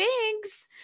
Thanks